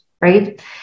Right